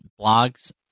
blogs